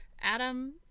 Adam